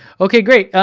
okay great.